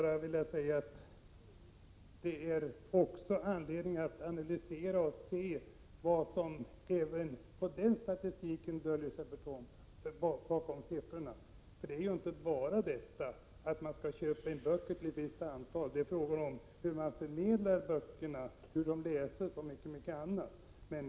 Jag vill påpeka att det finns anledning att analysera statistiken och försöka se vad som döljer sig bakom siffrorna. Det är ju inte bara fråga om att köpa in ett visst antal böcker. Det gäller också hur man förmedlar kunskap om böckerna, hur de läses och mycket annat.